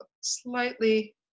slightly